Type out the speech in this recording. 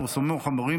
פורסמו החומרים,